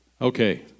Okay